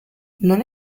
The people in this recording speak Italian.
non